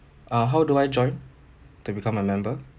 uh how do I join to become a member